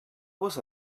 was